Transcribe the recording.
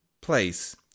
place